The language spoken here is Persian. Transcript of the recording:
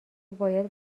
باید